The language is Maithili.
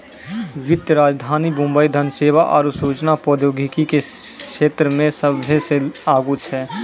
वित्तीय राजधानी मुंबई धन सेवा आरु सूचना प्रौद्योगिकी के क्षेत्रमे सभ्भे से आगू छै